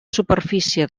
superfície